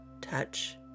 touch